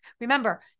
Remember